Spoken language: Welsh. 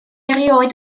erioed